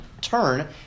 turn